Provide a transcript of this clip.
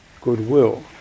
goodwill